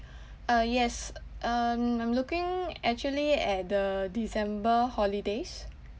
uh yes um I'm looking actually at the december holidays